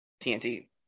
TNT